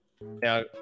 Now